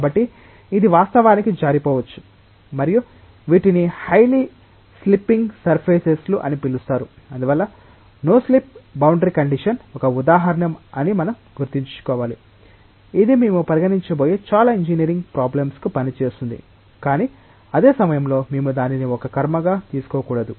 కాబట్టి ఇది వాస్తవానికి జారిపోవచ్చు మరియు వీటిని హైలి స్లిప్పింగ్ సర్ఫేసెస్ లు అని పిలుస్తారు అందువల్ల నో స్లిప్ బౌండరీ కండిషన్ ఒక ఉదాహరణ అని మనం గుర్తుంచుకోవాలి ఇది మేము పరిగణించబోయే చాలా ఇంజనీరింగ్ ప్రాబ్లెమ్స్ కు పని చేస్తుంది కానీ అదే సమయంలో మేము దానిని ఒక కర్మగా తీసుకోకూడదు